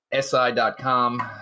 SI.com